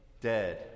dead